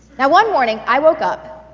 now one morning i woke up,